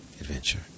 adventure